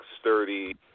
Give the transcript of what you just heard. sturdy